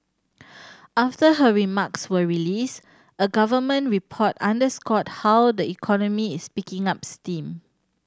after her remarks were released a government report underscored how the economy is picking up steam